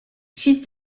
fils